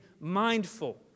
mindful